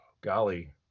golly